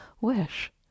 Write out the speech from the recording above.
wish